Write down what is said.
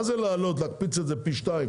מה זה להקפיץ את זה פי שניים?